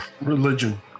Religion